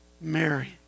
Mary